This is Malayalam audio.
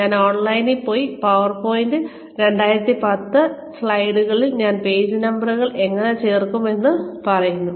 ഞാൻ ഓൺലൈനിൽ പോയി പവർപോയിന്റ് 2010 ൽ സ്ലൈഡുകളിൽ ഞാൻ പേജ് നമ്പറുകൾ എങ്ങനെ ചേർക്കും എന്ന് പറയുന്നു